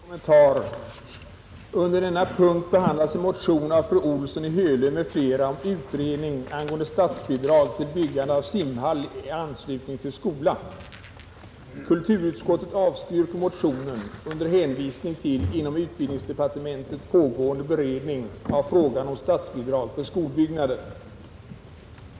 Herr talman! Endast en kort kommentar. Under denna punkt behandlas en motion av fru Olsson i Hölö m.fl. om utredning angående statsbidrag till byggande av simhall i anslutning till skola. Kulturutskottet avstyrker motionen under hänvisning till inom utbildningsdepartementet pågående beredning av frågan om statsbidrag för skolbyggnader.